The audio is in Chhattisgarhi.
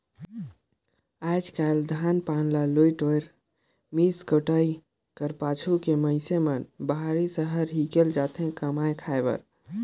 आएज काएल धान पान ल लुए टोरे, मिस कुइट कर पाछू के मइनसे मन बाहिर सहर हिकेल जाथे कमाए खाए बर